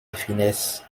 finesse